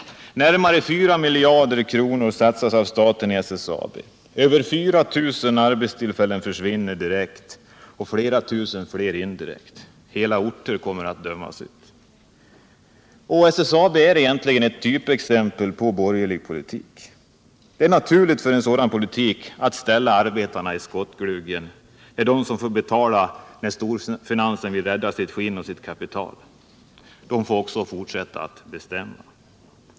Närmare 4 miljarder kronor satsas av staten på SSAB. Mer än 4 000 arbetstillfällen försvinner direkt och flera tusen indirekt. Hela orter kommer att dömas ut. SSAB är egentligen ett typexempel på borgerlig politik. Det är naturligt för en sådan politik att ställa arbetarna i skottgluggen. Det är de som får betala när storfinansen vill rädda sitt skinn och sitt kapital. Storfinansen får också fortsätta att bestämma.